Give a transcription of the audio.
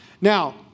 Now